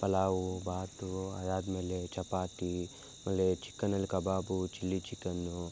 ಪಲಾವು ಬಾತ್ ಅದು ಆದ ಮೇಲೆ ಚಪಾತಿ ಆಮೇಲೆ ಚಿಕನಲ್ಲಿ ಕಬಾಬ್ ಚಿಲ್ಲಿ ಚಿಕನ್ನು